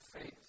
faith